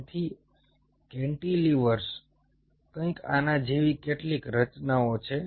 તેથી કેન્ટીલિવર્સ કંઈક આના જેવી કેટલીક રચનાઓ છે